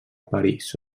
parís